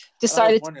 decided